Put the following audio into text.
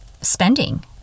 spending